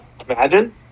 imagine